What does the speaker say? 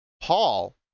Paul